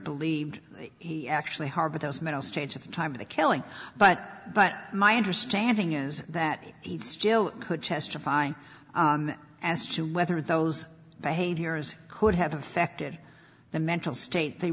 believed he actually harbor those middle stage at the time of the killing but but my understanding is that he still could testify as to whether those behaviors could have affected the mental state the